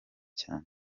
cyane